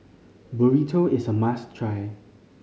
Burrito is a must try